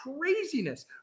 craziness